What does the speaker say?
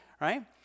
right